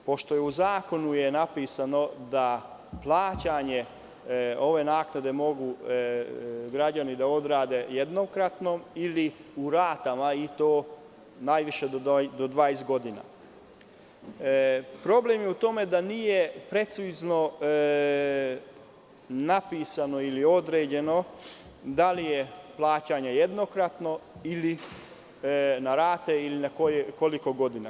Pošto je u zakonu napisano da plaćanje ove naknade mogu građani da odrade jednokratno ili u ratama i to najviše do 20 godina, problem je u tome što nije precizno napisano ili određeno da li je jednokratno plaćanje ili na rate i koliko godina.